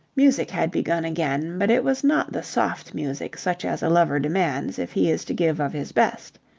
music had begun again, but it was not the soft music such as a lover demands if he is to give of his best.